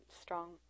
strong